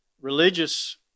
religious